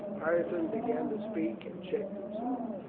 ireton began to speak and checked himself.